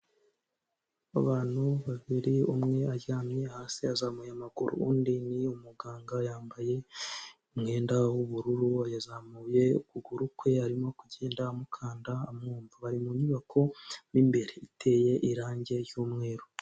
Abantu babiri umwe aryamye hasi yazamuye amaguru, undi ni umuganga yambaye umwenda w'ubururu yazamuye ukuguru kwe arimo kugenda amukanda amwumva, bari mu nyubako mu imbere iteye irange ry'umweru.